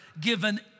given